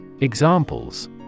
Examples